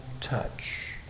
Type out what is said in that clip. touch